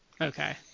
Okay